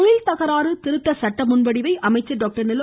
தொழில் தகராறு திருத்த சட்ட முன்வடிவை அமைச்சர் டாக்டர் நிலோ